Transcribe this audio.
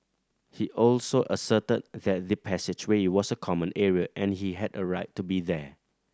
he also asserted that the passageway was a common area and he had a right to be there